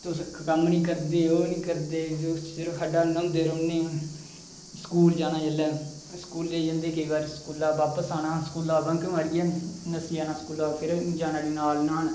तुस कम्म नी करदे ओह् नी करदे तुस सिर्फ खड्ढा न्हौंदे रौह्ने ओ स्कूल जाना जेल्लै स्कूलै गी जंदे केईं बार स्कूला दा बापस आना स्कूला दा बंक मारियै नस्सी जाना स्कूला फिर जाना उठी नाल न्हान